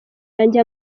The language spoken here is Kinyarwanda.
yanjye